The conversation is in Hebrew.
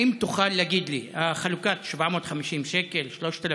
האם תוכל להגיד לי, החלוקה של 750 שקל, 3,000,